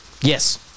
Yes